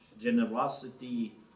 generosity